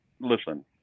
listen